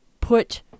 put